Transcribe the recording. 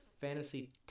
Fantasy